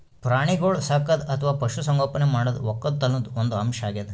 ಪ್ರಾಣಿಗೋಳ್ ಸಾಕದು ಅಥವಾ ಪಶು ಸಂಗೋಪನೆ ಮಾಡದು ವಕ್ಕಲತನ್ದು ಒಂದ್ ಅಂಶ್ ಅಗ್ಯಾದ್